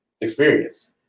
experience